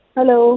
Hello